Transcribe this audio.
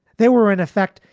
they were, in effect,